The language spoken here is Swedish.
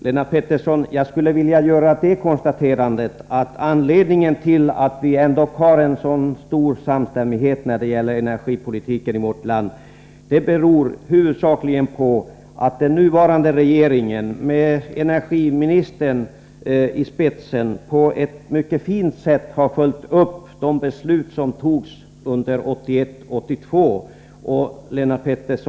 Men att vi ändock har en så stor samstämmighet på den punkten beror huvudsakligen på att den nuvarande regeringen med energiministern i spetsen på ett mycket fint sätt har följt upp de beslut som togs under 1981 och 1982.